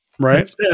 Right